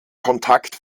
kontakt